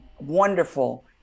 wonderful